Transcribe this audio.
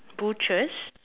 butchers